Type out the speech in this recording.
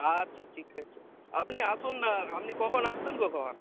আচ্ছা ঠিক আছে আপনি আসুন না আপনি কখন আসছেন কখন